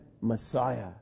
Messiah